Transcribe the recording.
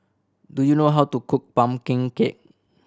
do you know how to cook pumpkin cake